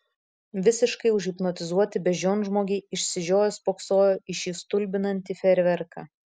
visiškai užhipnotizuoti beždžionžmogiai išsižioję spoksojo į šį stulbinantį fejerverką